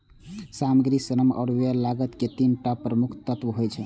सामग्री, श्रम आ व्यय लागत के तीन टा प्रमुख तत्व होइ छै